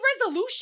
resolution